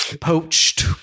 Poached